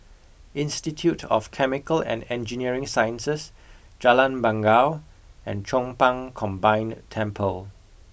Institute of Chemical and Engineering Sciences Jalan Bangau and Chong Pang Combined Temple